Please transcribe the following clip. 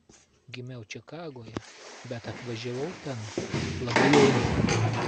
gimiau čikagoje bet atvažiavau ten labai jauna